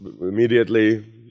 immediately